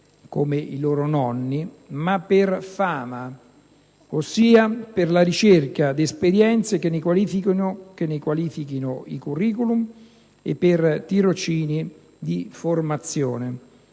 come i loro nonni, ma per fama, ossia per la ricerca di esperienze che ne qualifichino i *curricula* e per tirocini di formazione.